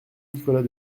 nicolas